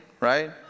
right